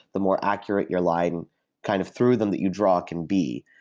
the more accurate your line kind of threw them that you draw can be.